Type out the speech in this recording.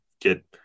get